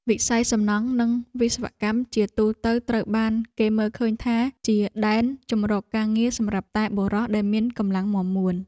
វិស័យសំណង់ និងវិស្វកម្មជាទូទៅត្រូវបានគេមើលឃើញថាជាដែនជម្រកការងារសម្រាប់តែបុរសដែលមានកម្លាំងមាំមួន។